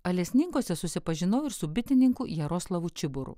alesninkuose susipažinau ir su bitininku jaroslavu čibiru